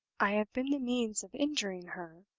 i have been the means of injuring her